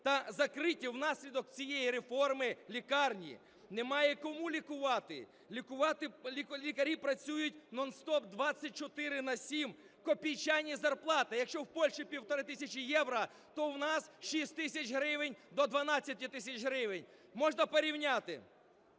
та закриті внаслідок цієї реформи лікарні. Немає кому лікувати. Лікарі працюють нон-стоп 24 на 7, копійчані зарплати. Якщо в Польщі – півтори тисячі євро, то в нас – 6 тисяч гривень, до 12 тисяч гривень. Можна порівняти: